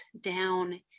down